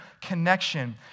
connection